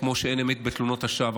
כמו שאין אמת בתלונות השווא.